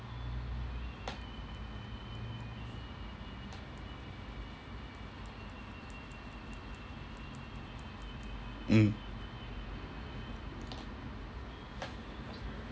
mm